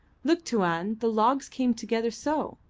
look, tuan the logs came together so,